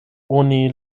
oni